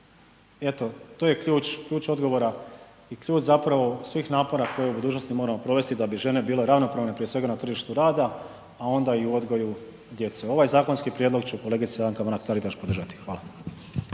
Eto, to je ključ, ključ odgovora i ključ zapravo svih napora koje u budućnosti moramo provesti da bi žene bile ravnopravne, prije svega na tržištu rada, a onda i u odgoju djece. Ovaj zakonski prijedlog će kolegica Anka Mrak Taritaš podržati. Hvala.